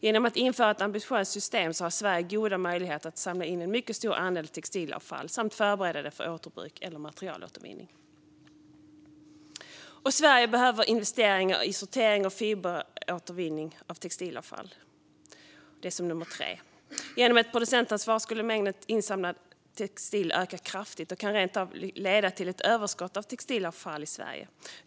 Genom att införa ett ambitiöst system har Sverige goda möjligheter att samla in en mycket stor andel textilavfall samt förbereda det för återbruk eller materialåtervinning. Det tredje är att Sverige behöver investeringar i sortering och fiberåtervinning av textilavfall. Genom ett producentansvar skulle mängden insamlad textil öka kraftigt, och det kan rentav leda till ett överskott av textilavfall i Sverige.